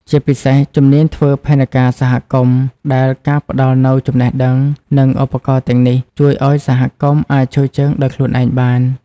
ជាពិសេស ជំនាញធ្វើផែនការសហគមន៍ ដែលការផ្ដល់នូវចំណេះដឹង និងឧបករណ៍ទាំងនេះ ជួយឱ្យសហគមន៍អាចឈរជើងដោយខ្លួនឯងបាន។